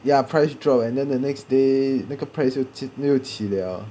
ya price drop and then the next day 那个 price 又起了